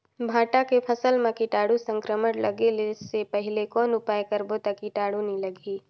भांटा के फसल मां कीटाणु संक्रमण लगे से पहले कौन उपाय करबो ता कीटाणु नी लगही?